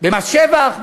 במס שבח,